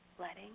letting